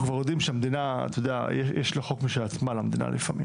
אנחנו כבר יודעים שלמדינה יש חוק משל עצמה לפעמים.